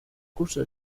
curso